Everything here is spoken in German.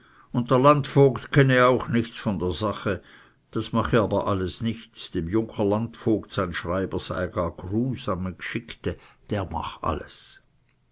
der landvogt kenne auch nichts von der sache das mache aber alles nichts dem junker landvogt sein schreiber sei gar grusam e g'schickte der mach alles